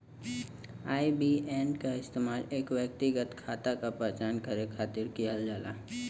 IBAN क इस्तेमाल एक व्यक्तिगत खाता क पहचान करे खातिर किहल जाला